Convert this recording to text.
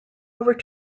over